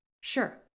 Sure